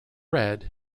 red